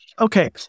Okay